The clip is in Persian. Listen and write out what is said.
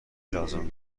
لازم